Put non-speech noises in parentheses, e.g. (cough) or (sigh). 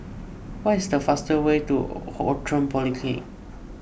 what is the fastest way to (unintelligible) Outram Polyclinic